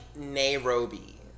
Nairobi